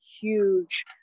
huge